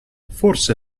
forse